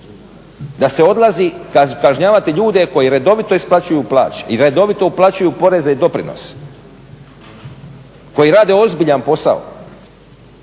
da se odlazi kažnjavati ljude koji redovito isplaćuju plaće i da redoviti uplaćuju poreze i doprinose, koji rade ozbiljan posao,